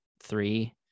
three